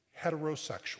heterosexual